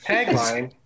Tagline